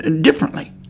differently